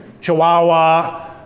Chihuahua